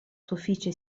sufiĉe